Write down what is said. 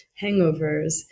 hangovers